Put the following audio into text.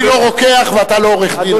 אני לא רוקח ואתה לא עורך-דין.